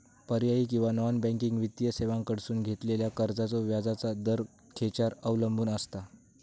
पर्यायी किंवा non banking वित्तीय सेवांकडसून घेतलेल्या कर्जाचो व्याजाचा दर खेच्यार अवलंबून आसता?